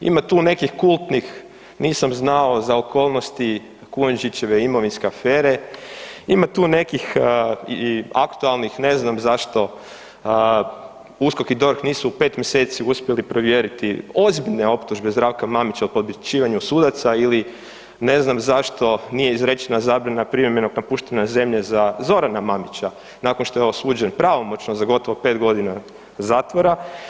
Ima tu nekih kultnih „Nisam znao za okolnosti Kujundžićeve imovinske afere“, ima tu nekih i aktualnih, „Ne znam zašto USKOK i DORH nisu u 5 mjeseci uspjeli provjeriti ozbiljne optužbe Zdravka Mamića o podmićivanju sudaca“ ili „Ne znam zašto nije izrečena zabrana privremenog napuštanja zemlje za Zorana Mamića“, nakon što je osuđen pravomoćno za gotovo 5 godina zatvora.